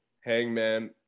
Hangman